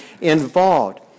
involved